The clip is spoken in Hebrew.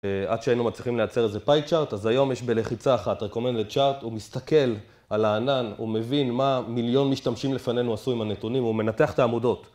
עד שהיינו מצליחים לייצר איזה pie chart, אז היום יש בלחיצה אחת recommended chart, הוא מסתכל על הענן, הוא מבין מה מיליון משתמשים לפנינו עשו עם הנתונים, הוא מנתח את העמודות.